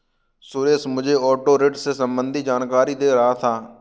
सुरेश मुझे ऑटो ऋण से संबंधित जानकारी दे रहा था